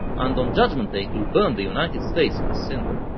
and on judgment day it will burn the united states to a cinder.